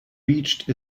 reached